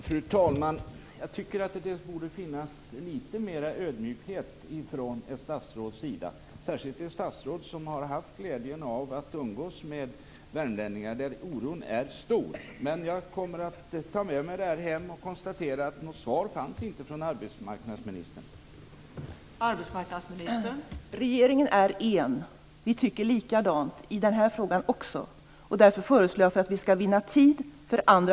Fru talman! Jag tycker att det borde finnas litet mer ödmjukhet från ett statsråds sida, särskilt ett statsråd som har haft glädjen att umgås med värmlänningar, bland vilka oron är stor. Men jag kommer att ta med mig det här hem. Jag konstaterar att något svar från arbetsmarknadsministern fanns inte.